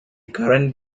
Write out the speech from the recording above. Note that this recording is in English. current